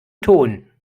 ton